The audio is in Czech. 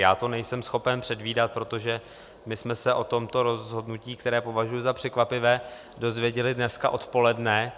Já to nejsem schopen předvídat, protože my jsme se o tomto rozhodnutí, které považuji za překvapivé, dozvěděli dneska odpoledne.